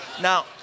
Now